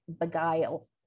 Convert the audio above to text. beguile